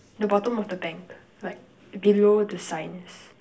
the bottom of the bank like below the signs